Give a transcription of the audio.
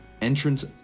entrance